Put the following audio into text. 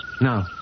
No